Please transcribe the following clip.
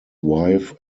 wife